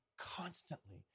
constantly